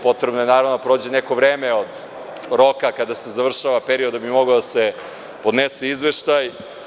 Potrebno je, naravno, da prođe neko vreme od roka kada se završava period da bi mogao da se podnese izveštaj.